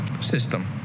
system